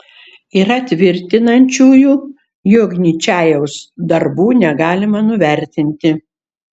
yra tvirtinančiųjų jog ničajaus darbų negalima nuvertinti